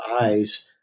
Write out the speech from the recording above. eyes